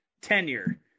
tenure